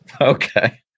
okay